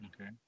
Okay